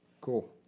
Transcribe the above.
Cool